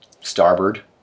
starboard